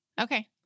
Okay